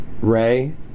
Ray